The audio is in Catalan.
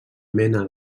mena